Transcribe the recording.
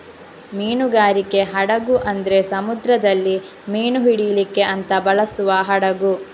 ಮೀನುಗಾರಿಕೆ ಹಡಗು ಅಂದ್ರೆ ಸಮುದ್ರದಲ್ಲಿ ಮೀನು ಹಿಡೀಲಿಕ್ಕೆ ಅಂತ ಬಳಸುವ ಹಡಗು